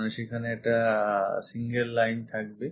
মানে সেখানে একটি single line থাকবে